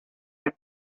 del